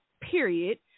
period